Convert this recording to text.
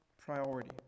priority